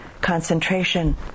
concentration